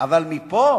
אבל מפה